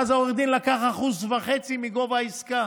ואז העורך דין לקח 1.5% מגובה העסקה.